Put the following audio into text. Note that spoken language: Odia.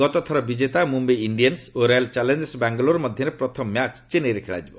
ଗତଥର ବିଜେତା ମୁମ୍ଭାଇ ଇଣ୍ଡିଆନ୍ନ ଓ ରୟାଲ୍ ଚାଲେଞ୍ଜର୍ସ ବାଙ୍ଗାଲୋର ମଧ୍ୟରେ ପ୍ରଥମ ମ୍ୟାଚ୍ ଚେନ୍ନାଇରେ ଖେଳାଯିବ